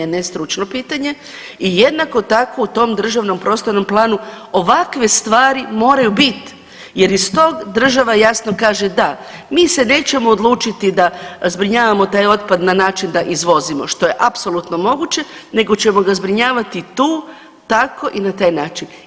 Ne stručno pitanje i jednako tako u tom državnom prostornom planu ovakve stvari moraju biti jer iz tog država jasno kaže da mi se nećemo odlučiti da zbrinjavamo taj otpad na način da izvozimo što je apsolutno moguće, nego ćemo ga zbrinjavati tu, tako i na taj način.